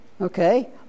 Okay